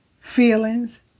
feelings